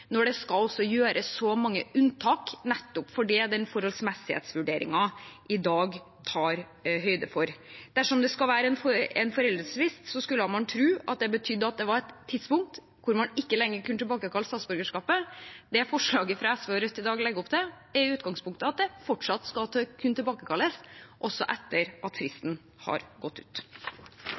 når det skal gjøres så mange unntak, noe nettopp den nevnte forholdsmessighetsvurderingen i dag tar høyde for. Dersom det skal være en foreldelsesfrist, skulle man tro at det betydde at det var et tidspunkt da man ikke lenger kunne tilbakekalle statsborgerskapet. Det forslaget fra SV og Rødt i dag legger opp til, er i utgangspunktet at det fortsatt skal kunne tilbakekalles, også etter at fristen er gått ut.